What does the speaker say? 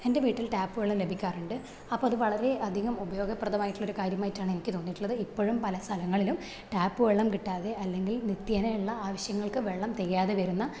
എന്റെ വീട്ടിൽ ടാപ്പ് വെള്ളം ലഭിക്കാറുണ്ട് അപ്പോൾ അത് വളരെയധികം ഉപയോഗപ്രദമായിട്ടുള്ള ഒരു കാര്യമായിട്ടാണ് എനിക്ക് തോന്നിയിട്ടുള്ളത് ഇപ്പോഴും പലസ്ഥലങ്ങളിലും ടാപ്പ് വെള്ളം കിട്ടാതെ അല്ലെങ്കിൽ നിത്യേനെയുള്ള ആവശ്യങ്ങൾക്ക് വെള്ളം തികയാതെ വരുന്ന ഒരു